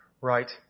Right